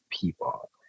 people